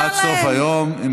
אה, עד סוף היום הוא נתן להם?